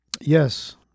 Yes